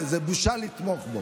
בושה לתמוך בו,